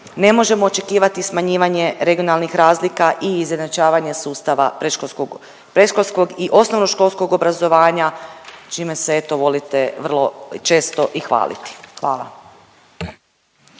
ne možemo očekivati smanjivanje regionalnih razlika i izjednačavanja sustava predškolskog, predškolskog i osnovnoškolskog obrazovanja, čime se eto volite vrlo često i hvaliti. Hvala.